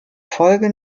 folge